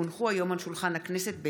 כי הונחו היום על שולחן הכנסת,